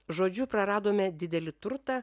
žodžiu praradome didelį turtą